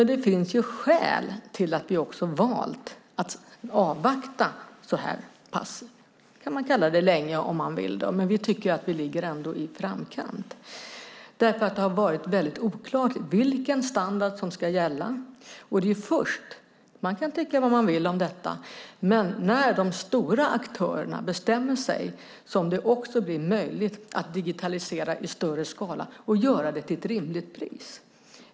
Det finns ändå skäl till att vi har valt att avvakta så här pass länge, kan man kalla det om man vill, men vi tycker att vi ändå ligger i framkant. Det har nämligen varit väldigt oklart vilken standard som ska gälla. Det är först - man kan tycka vad man vill om detta - när de stora aktörerna bestämmer sig som det också blir möjligt att digitalisera i större skala och göra det till ett rimligt pris.